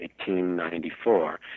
1894